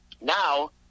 Now